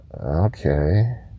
okay